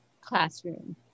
classroom